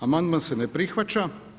Amandman se ne prihvaća.